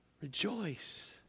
Rejoice